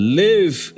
live